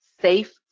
safe